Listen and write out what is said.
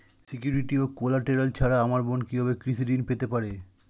Security ও collateral ছাড়া আমার বোন কিভাবে কৃষি ঋন পেতে পারে?